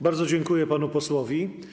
Bardzo dziękuję panu posłowi.